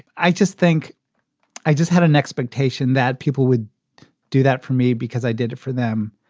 i just think i just had an expectation that people would do that for me because i did it for them.